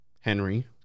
Henry